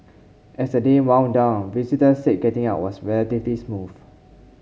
as the day wound down visitors said getting out was relatively smooth